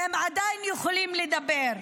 והם עדיין יכולים לדבר.